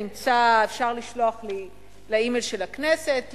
אפשר לשלוח לי אימייל לכנסת,